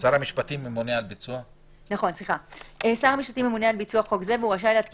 שר המשפטים ממונה על ביצוע חוק זה והוא רשאי להתקין